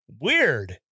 Weird